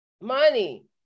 Money